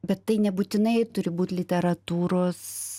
bet tai nebūtinai turi būt literatūros